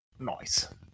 noise